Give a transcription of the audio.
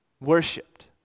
worshipped